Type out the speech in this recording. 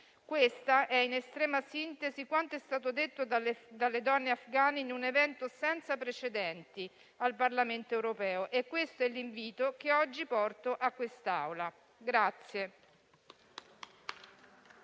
questa è, in estrema sintesi, quanto è stato detto dalle donne afghane in un evento senza precedenti al Parlamento europeo. E questo è l'invito che oggi porto a questa Aula.